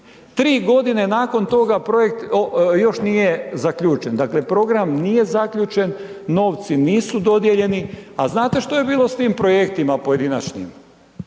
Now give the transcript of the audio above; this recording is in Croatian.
3 godine nakon toga projekt još nije zaključen. Dakle program nije zaključen, novci nisu dodijeljeni, a znate što je bilo s tim projektima pojedinačnim?